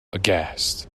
aghast